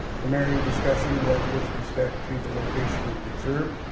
primary discussion was with respect to the location of the reserve